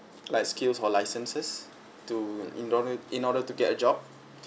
like skills for licenses to in order in order to get a job